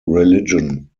religion